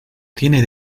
tiene